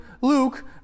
Luke